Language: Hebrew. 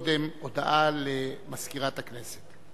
עוד קודם, הודעה למזכירת הכנסת.